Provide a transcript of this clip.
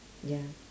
ya